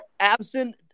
Absent